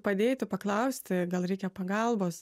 padėti paklausti gal reikia pagalbos